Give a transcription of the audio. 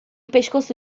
pescoço